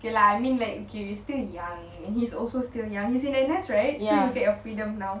okay lah I mean like we are still young and he is also still young he is in N_S right so you get your freedom now